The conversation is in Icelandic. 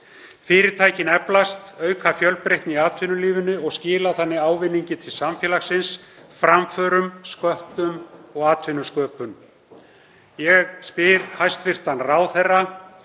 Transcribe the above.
Fyrirtækin eflast, auka fjölbreytni í atvinnulífinu og skila þannig ávinningi til samfélagsins, framförum, sköttum og atvinnusköpun. Ég spyr hæstv. ráðherra: